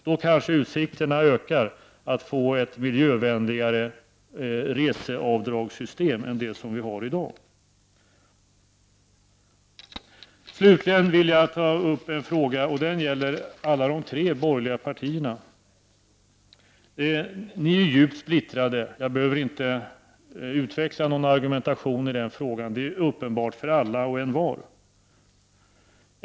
Då kanske utsikterna ökar att få ett miljövänligare reseavdragssystem än det vi har i dag. Slutligen vill jag ta upp en fråga som gäller alla de tre borgerliga partierna. Ni är djupt splittrade. Jag behöver inte utveckla någon argumentation i den 69 frågan. Det är uppenbart för alla och envar.